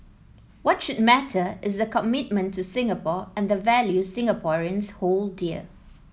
what should matter is the commitment to Singapore and the values Singaporeans hold dear